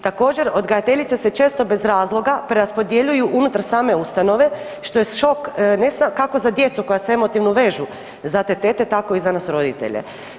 Također, odgajateljice se često bez razloga preraspodjeljuju unutar same ustanove, što je šok, ne samo kako za djecu koja se emotivno vežu za te tete, tako i za nas roditelje.